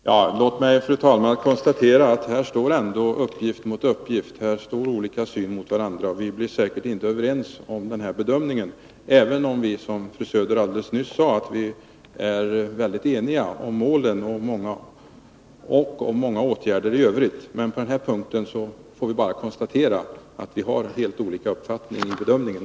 Fru talman! Låt mig konstatera att uppgift här står mot uppgift. Vi har olika synsätt, och vi blir säkert inte överens om den här bedömningen. Även om vi, som fru Söder nyss sade, är eniga om målen och om många åtgärder i övrigt, får vi på den här punkten bara konstatera att vi har helt olika uppfattningar om bedömningen.